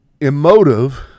emotive